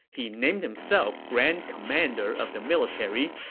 he named himself grand commander of the military,